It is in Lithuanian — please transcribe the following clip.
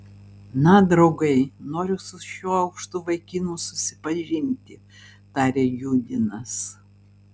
na draugai noriu su šiuo aukštu vaikinu susipažinti tarė judinas